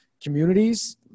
communities